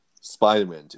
Spider-Man